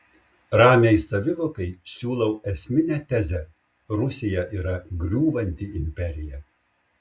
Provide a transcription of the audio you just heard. ramiai savivokai siūlau esminę tezę rusija yra griūvanti imperija